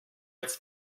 its